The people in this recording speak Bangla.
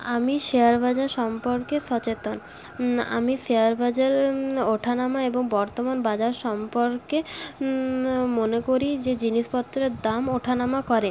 আমি শেয়ার বাজার সম্পর্কে সচেতন আমি শেয়ার বাজার ওঠা নামা এবং বর্তমান বাজার সম্পর্কে মনে করি যে জিনিসপত্রের দাম ওঠা নামা করে